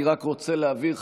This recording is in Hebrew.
אני רק רוצה להבהיר,